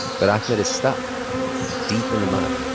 but ahmed is stuck deep in the mud,